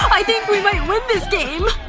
i think we might win this game